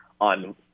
on –